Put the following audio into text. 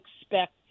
expect